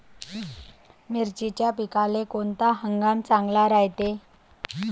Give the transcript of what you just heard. मिर्चीच्या पिकाले कोनता हंगाम चांगला रायते?